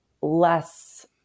less